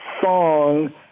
song